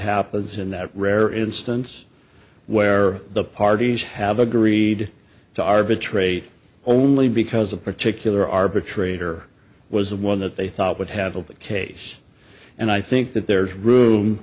happens in that rare instance where the parties have agreed to arbitrate only because a particular arbitrator was the one that they thought would have a case and i think that there is room